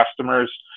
customers